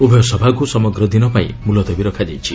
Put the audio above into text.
ଉଭୟ ସଭାକୁ ସମଗ୍ର ଦିନ ପାଇଁ ମୁଲତବୀ ରଖାଯାଇଛି